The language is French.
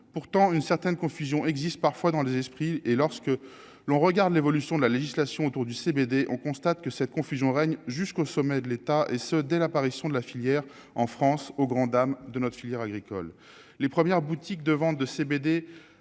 pourtant une certaine confusion existe parfois dans les esprits et lorsque l'on regarde l'évolution de la législation autour du CBD, on constate que cette confusion règne jusqu'au sommet de l'État, et ce dès l'apparition de la filière en France, au grand dam de notre filière agricole les premières boutiques de vente de CBD